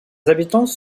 habitants